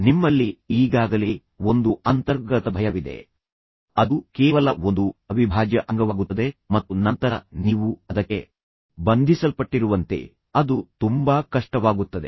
ನಿಮ್ಮಲ್ಲಿ ಈಗಾಗಲೇ ಒಂದು ಅಂತರ್ಗತ ಭಯವಿದೆ ಅದು ಕೇವಲ ಒಂದು ಅವಿಭಾಜ್ಯ ಅಂಗವಾಗುತ್ತದೆ ಮತ್ತು ನಂತರ ನೀವು ಅದಕ್ಕೆ ಬಂಧಿಸಲ್ಪಟ್ಟಿರುವಂತೆ ಅದು ತುಂಬಾ ಕಷ್ಟವಾಗುತ್ತದೆ